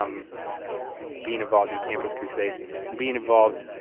um being involved in campus crusade and being involved,